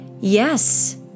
Yes